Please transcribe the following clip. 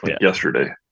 yesterday